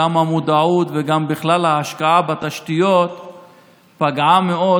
גם המודעות וגם בכלל ההשקעה בתשתיות פגעה מאוד